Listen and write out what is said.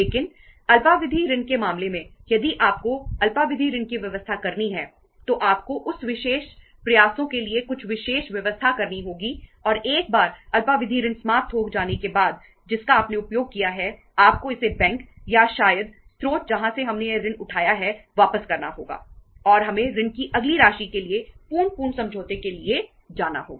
लेकिन अल्पावधि ऋण के मामले में यदि आपको अल्पावधि ऋण की व्यवस्था करनी है तो आपको उस विशेष प्रयासों के लिए कुछ विशेष व्यवस्था करनी होगी और एक बार अल्पावधि ऋण समाप्त हो जाने के बाद जिसका आपने उपयोग किया है आपको इसे बैंक या शायद स्रोत जहां से हमने यह ऋण उठाया है वापस करना होगा और हमें ऋण की अगली राशि के लिए पूर्ण पूर्ण समझौते के लिए जाना होगा